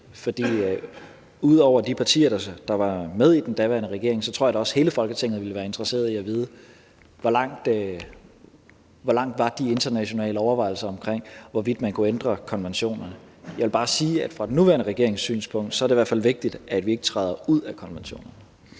For ud over de partier, der var med i den daværende regering, tror jeg da også, at hele Folketinget ville være interesseret i at vide, hvor langt man kom med de internationale overvejelser om, hvorvidt man kunne ændre konventionerne. Jeg vil bare sige, at fra den nuværende regerings synspunkt er det i hvert fald vigtigt, at vi ikke træder ud af konventionerne.